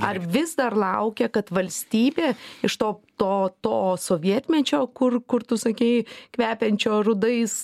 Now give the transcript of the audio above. ar vis dar laukia kad valstybė iš to to to sovietmečio kur kur tu sakei kvepiančio rudais